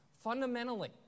fundamentally